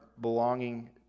belonging